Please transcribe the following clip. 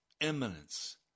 eminence